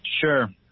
Sure